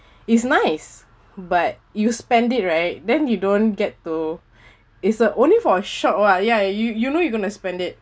it's nice but you spend it right then you don't get to is the only for a short while ya you you know you're going to spend it